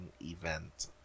event